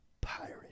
pirate